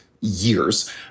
years